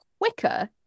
quicker